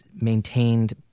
maintained